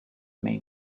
main